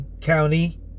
County